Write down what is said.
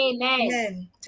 amen